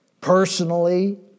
personally